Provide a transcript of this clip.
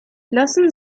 lassen